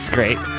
Great